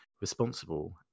responsible